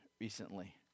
recently